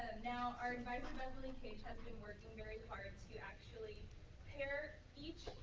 now, our advisor beverly cage has been working very hard to actually pair each